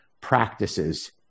practices